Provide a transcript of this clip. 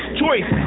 choice